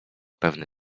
pewny